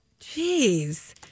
jeez